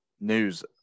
news